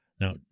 Now